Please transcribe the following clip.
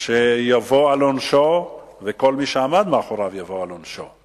שהוא יבוא על עונשו וכל מי שעמד מאחוריו יבוא על עונשו.